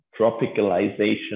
tropicalization